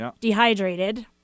dehydrated